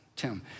Tim